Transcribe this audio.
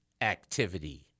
activity